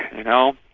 you know,